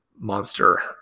monster